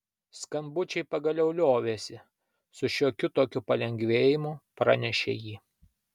skambučiai pagaliau liovėsi su šiokiu tokiu palengvėjimu pranešė ji